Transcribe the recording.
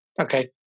Okay